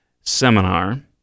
seminar